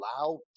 loud